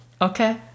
Okay